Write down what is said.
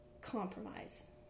Compromise